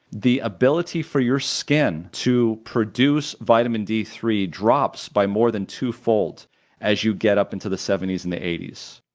the ability for your skin to produce vitamin d three drops by more than twofold as you get up into the seventy s and the eighty s.